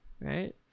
right